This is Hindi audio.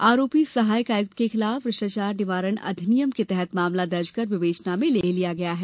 आरोपी सहायक आयुक्त के विरूद्व भ्रष्टाचार निवारण अधिनियम के तहत मामला दर्ज कर विवेचना में ले लिया गया है